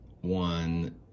one